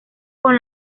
con